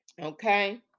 okay